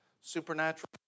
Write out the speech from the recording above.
supernatural